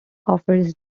offers